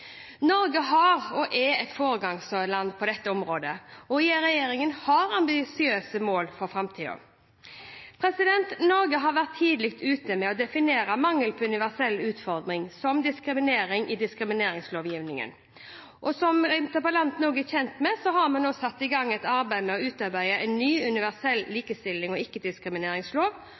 dette området, og regjeringen har ambisiøse mål for framtida. Norge har vært tidlig ute med å definere mangel på universell utforming som diskriminering i diskrimineringslovgivningen. Som interpellanten også er kjent med, har vi nå satt i gang et arbeid med å utarbeide en ny, universell likestillings- og